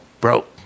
broke